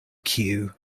queue